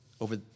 over